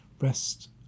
rest